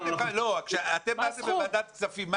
אתם באתם לוועדת כספים.